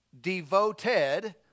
devoted